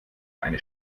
eine